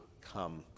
come